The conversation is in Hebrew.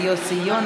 ויוסי יונה,